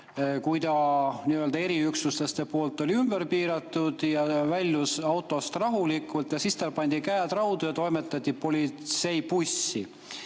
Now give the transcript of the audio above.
kui ta nii-öelda eriüksuslaste poolt oli ümber piiratud ja väljus autost rahulikult ja siis tal pandi käed raudu ja toimetati politseibussi.